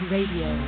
Radio